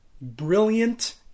brilliant